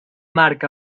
marc